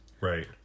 right